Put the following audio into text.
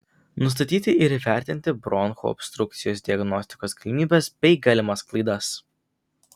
nustatyti ir įvertinti bronchų obstrukcijos diagnostikos galimybes bei galimas klaidas